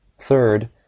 Third